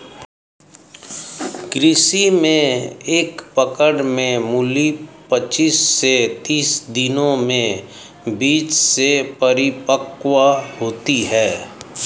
कृषि में एक पकड़ में मूली पचीस से तीस दिनों में बीज से परिपक्व होती है